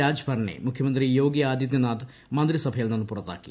രാജ്ഭറിനെ മുഖ്യമന്ത്രി യോഗി ആദിത്യനാഥ് മന്ത്രി സഭയിൽ നിന്ന് പുറത്താക്കി